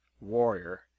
warrior